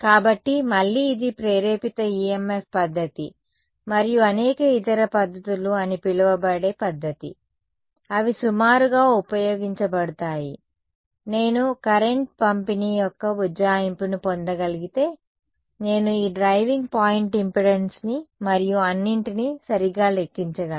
కాబట్టి మళ్లీ ఇది ప్రేరేపిత EMF పద్ధతి మరియు అనేక ఇతర పద్ధతులు అని పిలువబడే పద్ధతి అవి సుమారుగా ఉపయోగించబడతాయి నేను కరెంట్ పంపిణీ యొక్క ఉజ్జాయింపుని పొందగలిగితే నేను ఈ డ్రైవింగ్ పాయింట్ ఇంపెడెన్స్ని మరియు అన్నింటిని సరిగ్గా లెక్కించగలను